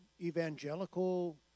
evangelical